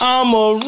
I'ma